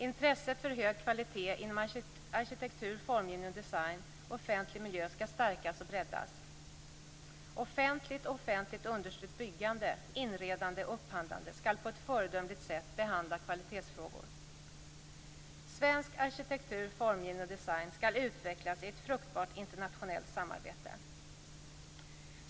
· Intresset för hög kvalitet inom arkitektur, formgivning, design och offentlig miljö skall stärkas och breddas. · Offentligt och offentligt understött byggande, inredande och upphandlande skall på ett föredömligt sätt behandla kvalitetsfrågor. · Svensk arkitektur, formgivning och design skall utvecklas i ett fruktbart internationellt samarbete.